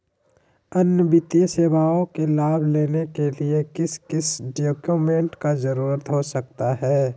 अन्य वित्तीय सेवाओं के लाभ लेने के लिए किस किस डॉक्यूमेंट का जरूरत हो सकता है?